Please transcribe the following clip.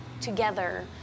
together